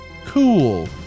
cool